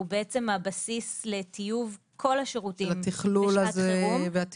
הוא הבסיס לטיוב כל השירותים לשעת חירום.